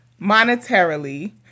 monetarily